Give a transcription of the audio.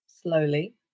slowly